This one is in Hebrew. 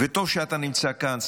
וטוב שאתה נמצא כאן,